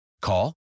Call